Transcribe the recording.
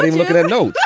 looking at no